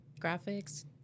Graphics